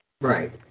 Right